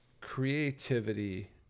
creativity